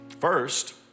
first